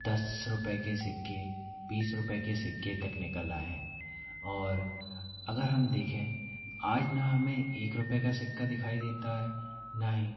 दस रुपए के सिक्के बीस रुपए के सिक्के तक निकल आए हैं और अगर हम देखें आज ना हमें एक रुपए का सिक्का दिखाई देता है ना ही